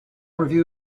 review